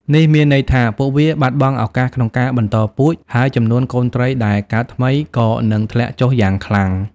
នេះមានន័យថាពួកវាបាត់បង់ឱកាសក្នុងការបន្តពូជ ហើយចំនួនកូនត្រីដែលកើតថ្មីក៏នឹងធ្លាក់ចុះយ៉ាងខ្លាំង។